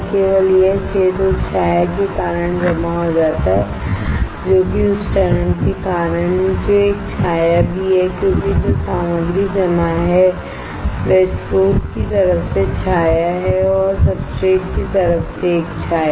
केवल यह क्षेत्र उस छाया के कारण जमा हो जाता है जो कि उस चरण के कारण है जो एक छाया भी है क्योंकि जो सामग्री जमा है वह स्रोत की तरफ से छाया है और सब्सट्रेट की तरफ से एक छाया है